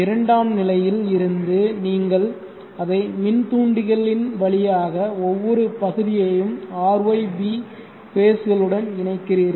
இரண்டாம் நிலையில் இருந்து நீங்கள் அதை மின் தூண்டிகள் இன் வழியாக ஒவ்வொரு பகுதியையும் R Y B ஃபேஸ் களுடன் இணைக்கிறீர்கள்